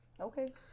Okay